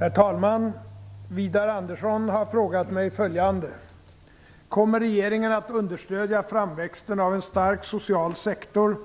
Herr talman! Widar Andersson har frågat mig följande: Kommer regeringen att understödja framväxten av en stark "social sektor"